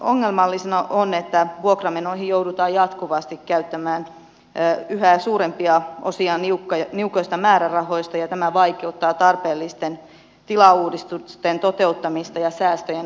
ongelmallista on että vuokramenoihin joudutaan jatkuvasti käyttämään yhä suurempia osia niukoista määrärahoista ja tämä vaikeuttaa tarpeellisten tilauudistusten toteuttamista ja säästöjen aikaansaamista